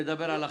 נדבר על אכיפה.